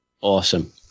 awesome